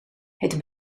het